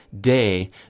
day